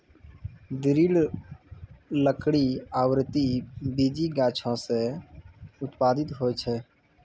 दृढ़ लकड़ी आवृति बीजी गाछो सें उत्पादित होय छै?